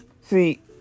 See